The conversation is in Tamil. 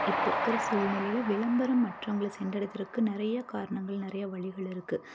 இப்போ இருக்கிற சூழ்நிலையில் விளம்பரம் மற்றவங்களை சென்றடைவதற்கு நிறைய காரணங்கள் நிறைய வழிகள் இருக்குது